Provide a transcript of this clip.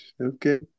Okay